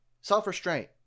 Self-restraint